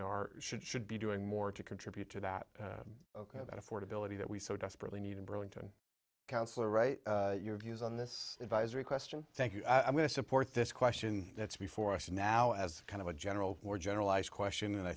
know are should should be doing more to contribute to that about affordability that we so desperately need in burlington council or write your views on this advisory question thank you i'm going to support this question that's before us now as kind of a general more generalized question and i